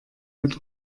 mit